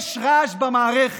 יש רעש במערכת.